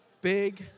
big